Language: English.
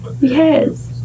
yes